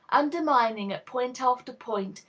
undermining at point after point,